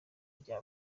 rya